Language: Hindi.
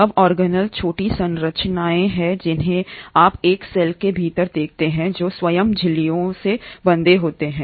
अब ऑर्गेनेल छोटी संरचनाएं हैं जिन्हें आप एक सेल के भीतर देखते हैं जो स्वयं झिल्लियों से बंधे होते हैं